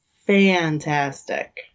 Fantastic